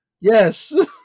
Yes